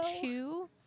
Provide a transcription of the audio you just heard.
two